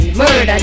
murder